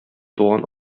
туган